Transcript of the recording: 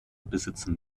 besitzen